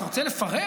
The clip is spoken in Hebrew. אתה רוצה לפרק?